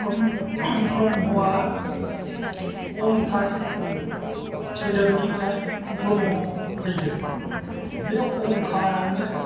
ब्रह्मआ अमखार सोदोबनिफ्राय ब्रह्म फैदों बे अमखारावनो